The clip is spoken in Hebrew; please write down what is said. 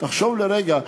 תחשוב לרגע,